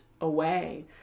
away